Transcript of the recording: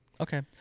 Okay